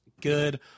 good